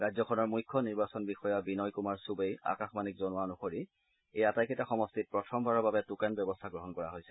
ৰাজ্যখনৰ মুখ্য নিৰ্বাচন বিষয়া বিনয় কুমাৰ চূবেই আকাশবাণীক জনোৱা অনুসৰি এই আটাইকেইটা সমষ্টিত প্ৰথমবাৰৰ বাবে টোকেন ব্যৱস্থা গ্ৰহণ কৰা হৈছে